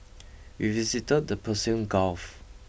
we visited the Persian Gulf